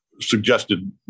suggested